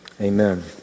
amen